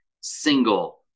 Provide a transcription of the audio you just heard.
single